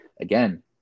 again